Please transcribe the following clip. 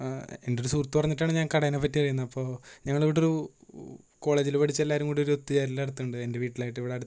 എന്റെ ഒരു സുഹൃത്തു പറഞ്ഞിട്ടാണ് ഞാൻ കടേനെ പറ്റി അറിയുന്നത് അപ്പോൾ ഞങ്ങളിവിടൊരു കോളേജിലു പഠിച്ച എല്ലാവരുംകൂടി ഒരു ഒത്തുചേരൽ നടത്തുന്നുണ്ട് എൻ്റെ വീട്ടിലായിട്ട് ഇവിടെ അടുത്ത്